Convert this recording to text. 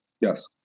Yes